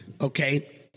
Okay